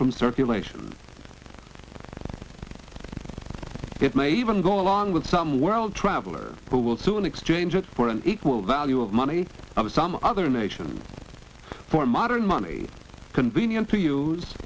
from circulation it may even go along with some world traveler who will soon exchange for an equal value of money other some other nations for modern money convenient to